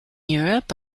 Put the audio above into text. europe